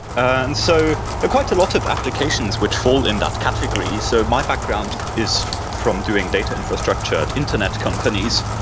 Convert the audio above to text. and so quite a lot of applications which fall in that category so my background is from doing data infrastructure to internet companies.